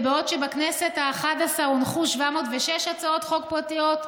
ובעוד שבכנסת האחת עשרה הונחו 706 הצעות חוק פרטיות,